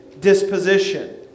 disposition